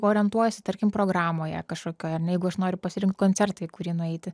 orientuojuosi tarkim programoje kažkokioj ar ne jeigu aš noriu pasirinkt koncertą į kurį nueiti